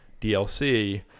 DLC